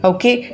Okay